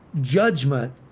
judgment